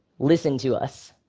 listen to us.